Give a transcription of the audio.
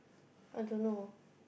I don't know